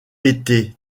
été